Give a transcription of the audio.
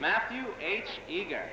matthew h eager